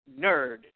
Nerd